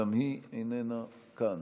גם היא איננה כאן.